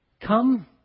come